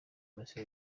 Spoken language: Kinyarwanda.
imirasire